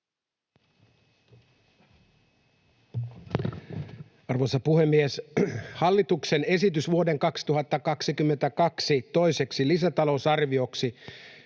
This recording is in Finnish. Arvoisa puhemies! Hallituksen esitys vuoden 2022 toiseksi lisätalousarvioksi